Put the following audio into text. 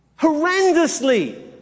horrendously